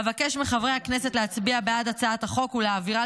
אבקש מחברי הכנסת להצביע בעד הצעת החוק ולהעבירה